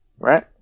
right